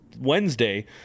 Wednesday